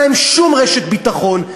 ואין להם שום רשת ביטחון.